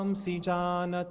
um see john